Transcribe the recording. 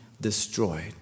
destroyed